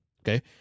okay